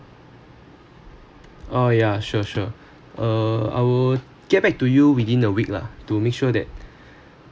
oh yeah sure sure uh I will get back to you within a week lah to make sure that